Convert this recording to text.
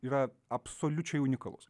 yra absoliučiai unikalus